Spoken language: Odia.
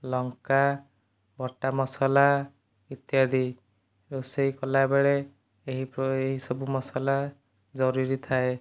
ଲଙ୍କା ବଟା ମସଲା ଇତ୍ୟାଦି ରୋଷେଇ କଲାବେଳେ ଏହିପରି ଏହି ସବୁ ମସଲା ଜରୁରୀ ଥାଏ